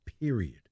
period